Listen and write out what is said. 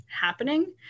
happening